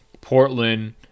Portland